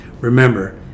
remember